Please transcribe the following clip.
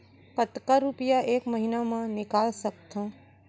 कतका रुपिया एक महीना म निकाल सकथव?